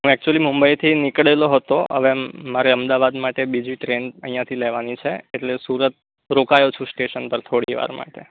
હું એકચુલી મુંબઈથી નીકળેલો હતો હવે મારે અમદાવાદ માટે બીજી ટ્રેન અહીંયાથી લેવાની છે એટલે સુરત રોકાયો છું સ્ટેસન પર થોડી વાર માટે